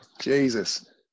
Jesus